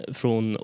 från